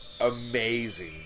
amazing